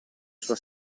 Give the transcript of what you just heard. sua